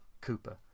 Cooper